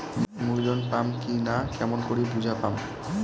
মুই লোন পাম কি না কেমন করি বুঝা পাম?